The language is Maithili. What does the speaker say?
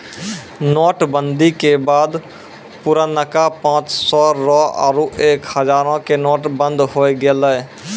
नोट बंदी के बाद पुरनका पांच सौ रो आरु एक हजारो के नोट बंद होय गेलै